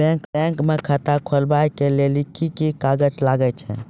Bank म खाता खोलवाय लेली की की कागज लागै छै?